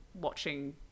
watching